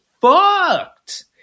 fucked